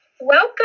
Welcome